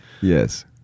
yes